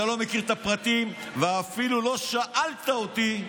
אתה לא מכיר את הפרטים ואפילו לא שאלת אותי,